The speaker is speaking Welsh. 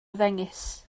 ddengys